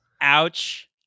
Ouch